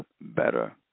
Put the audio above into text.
better